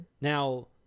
Now